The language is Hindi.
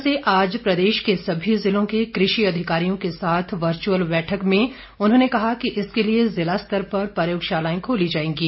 ऊना से आज प्रदेश के सभी जिलों के कृषि अधिकारियों के साथ वर्चुअल बैठक में उन्होंने कहा कि इसके लिए जिलास्तर पर प्रयोगशालाएं खोली जाएंगी